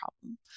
problem